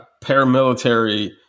paramilitary